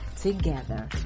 Together